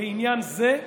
בעניין זה.